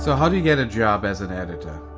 so how do you get a job as an editor?